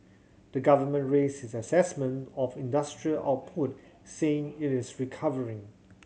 the government raised its assessment of industrial output saying it is recovering